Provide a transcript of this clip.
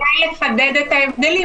זה, בגדול,